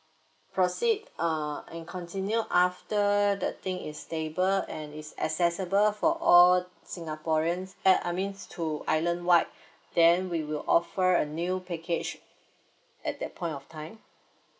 proceed uh and continue after the thing is stable and is accessible for all singaporeans eh I mean to island wide then we will offer a new package at that point of time